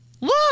Look